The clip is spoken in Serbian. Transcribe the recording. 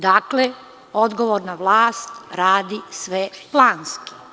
Dakle, odgovorna vlast radi sve planski.